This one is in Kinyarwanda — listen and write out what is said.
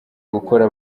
gukora